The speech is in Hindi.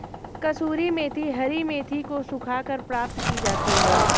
कसूरी मेथी हरी मेथी को सुखाकर प्राप्त की जाती है